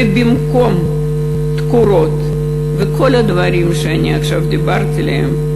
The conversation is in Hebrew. ובמקום תקורות וכל הדברים שאני עכשיו דיברתי עליהם,